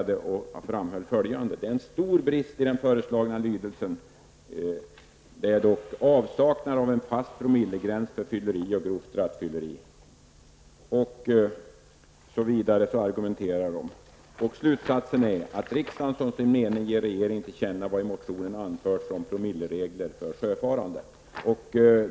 De framhöll att en stor brist i den föreslagna lydelsen är avsaknaden av en fast promillegräns för fylleri och grovt rattfylleri. De argumenterar vidare, och de drar sedan slutsatsen att riksdagen som sin mening skall ge regeringen till känna vad i motionen anförts om promilleregler för sjöfarande.